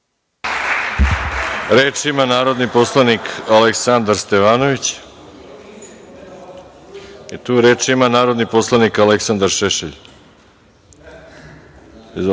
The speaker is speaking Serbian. Reč ima narodni poslanik Aleksandar Stevanović. Nije tu. Reč ima narodni poslanik Aleksandar Šešelj. Izvolite.